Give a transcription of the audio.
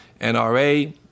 NRA